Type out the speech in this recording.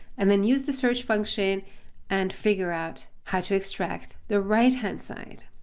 and then use the search function and figure out how to extract the right hand side.